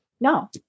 No